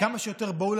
כמה שיותר בהול,